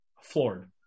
floored